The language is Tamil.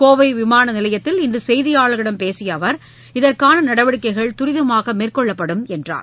கோவை விமான நிலையத்தில் இன்று செய்தியாளர்களிடம் பேசிய அவர் இதற்கான நடவடிக்கைகள் தரிதமாக மேற்கொள்ளப்படும் என்றார்